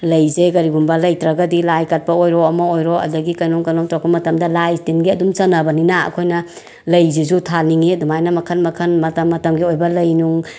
ꯂꯩꯁꯦ ꯀꯔꯤꯒꯨꯝꯕ ꯂꯩꯇ꯭ꯔꯒꯗꯤ ꯂꯥꯏ ꯀꯠꯄ ꯑꯣꯏꯔꯣ ꯑꯃ ꯑꯣꯏꯔꯣ ꯑꯗꯒꯤ ꯀꯩꯅꯣꯝ ꯀꯩꯅꯣꯝ ꯇꯧꯔꯛꯄ ꯃꯇꯝꯗ ꯂꯥꯏ ꯇꯤꯟꯒꯤ ꯑꯗꯨꯝ ꯆꯟꯅꯕꯅꯤꯅ ꯑꯩꯈꯣꯏꯅ ꯂꯩꯁꯤꯁꯨ ꯊꯥꯅꯤꯡꯉꯤ ꯑꯗꯨꯃꯥꯏꯅ ꯃꯈꯜ ꯃꯈꯜ ꯃꯇꯝ ꯃꯇꯝꯒꯤ ꯑꯣꯏꯕ ꯂꯩ ꯅꯨꯡ